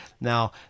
Now